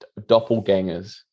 doppelgangers